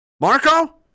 Marco